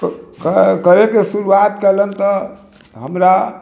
करैके शुरुआत केलनि तऽ हमरा